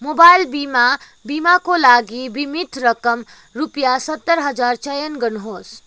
mobile बिमा बिमाको लागि बिमित रकम रुपियाँ सत्तर हजार चयन गर्नुहोस्